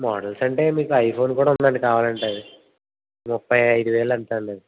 models అంటే మీకు iPhone కూడా ఉందండి కావాలంటే ముప్పై ఐదు వేలు ఎంతో అండి అది